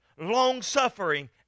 long-suffering